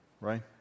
Right